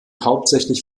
hauptsächlich